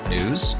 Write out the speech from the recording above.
News